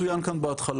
כמו שצוין כאן בהתחלה,